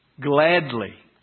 Gladly